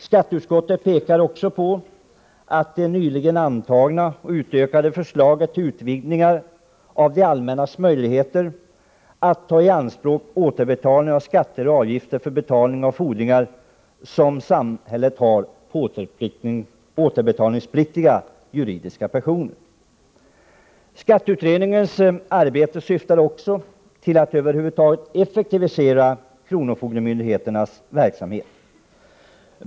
Skatteutskottet pekar också på det nyligen antagna och utökade förslaget till utvidgning av det allmännas möjligheter att ta i anspråk obetalda skatter och avgifter för betalning av fordringar som samhället har på återbetalningspliktiga juridiska personer. Skatteutredningens arbete syftar också till att över huvud taget effektivisera kronofogdemyndigheternas verksamhet.